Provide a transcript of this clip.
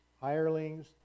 Hirelings